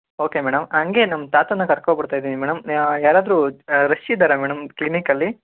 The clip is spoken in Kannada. ಓಕೆ ಮೇಡಮ್ ಹಾಗೇ ನಮ್ಮ ತಾತನ್ನ ಕರ್ಕೊಬರ್ತಾ ಇದ್ದೀನಿ ಮೇಡಮ್ ಯಾರಾದರೂ ರಶ್ ಇದ್ದಾರಾ ಮೇಡಮ್ ಕ್ಲಿನಿಕಲ್ಲಿ